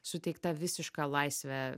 suteikta visiška laisvė